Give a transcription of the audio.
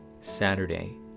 Saturday